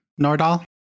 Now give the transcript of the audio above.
Nordahl